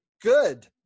Good